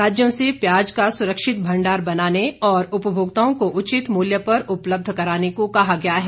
राज्यों से प्याज का सुरक्षित भंडार बनाने और उपभोक्ताओं को उचित मूल्य पर उपलब्ध कराने को कहा गया है